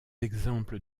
exemples